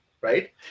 right